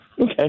Okay